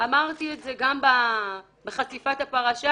אמרתי את זה גם בחשיפת הפרשה